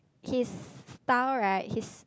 his style right his